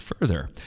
further